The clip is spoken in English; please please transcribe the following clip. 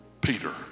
Peter